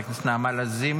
של חברת הכנסת נעמה לזימי.